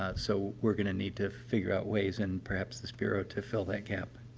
ah so we're going to need to figure out ways in, perhaps, this bureau to fill that gap,